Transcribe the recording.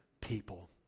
people